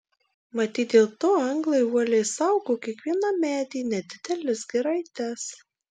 matyt dėl to anglai uoliai saugo kiekvieną medį nedideles giraites